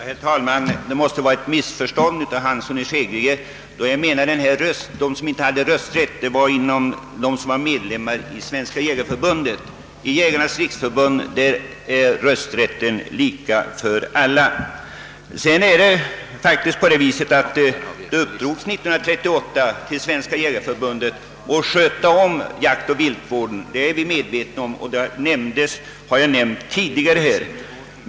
Herr talman! Herr Hansson i Skegrie måste ha råkat ut för ett missförstånd. Då jag talade om dem som inte har rösträtt menade jag medlemmarna i Svenska jägareförbundet — i Jägarnas riksförbund är rösträtten lika för alla. Att det år 1938 uppdrogs åt Svenska jägareförbundet att sköta om jaktoch viltvården är vi medvetna om, såsom också framhållits.